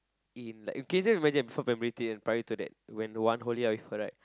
in like okay just imagine before primary three and prior to that when one whole year I with her right